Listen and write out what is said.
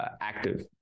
active